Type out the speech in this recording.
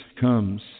comes